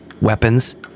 weapons